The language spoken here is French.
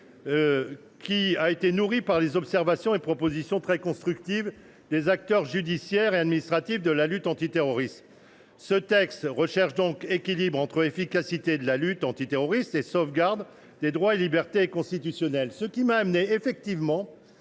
qui a été nourri par les observations et propositions très constructives des acteurs judiciaires et administratifs de la lutte antiterroriste. Dans ce texte, nous avons recherché le juste équilibre entre l’efficacité de la lutte antiterroriste et la sauvegarde des droits et libertés constitutionnels. Compte tenu